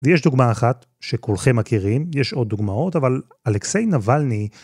ויש דוגמא אחת שכולכם מכירים, יש עוד דוגמאות, אבל אלכסיי נבלני...